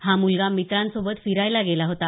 हा मुलगा मित्रांसोबत फिरायला गेला होता